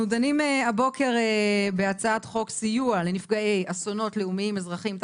אנחנו דנים הבוקר בהצעת חוק סיוע לנפגעי אסונות לאומיים אזרחיים,